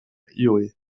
llull